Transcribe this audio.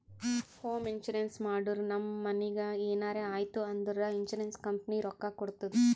home insurance ಮಾಡುರ್ ನಮ್ ಮನಿಗ್ ಎನರೇ ಆಯ್ತೂ ಅಂದುರ್ ಇನ್ಸೂರೆನ್ಸ್ ಕಂಪನಿ ರೊಕ್ಕಾ ಕೊಡ್ತುದ್